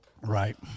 Right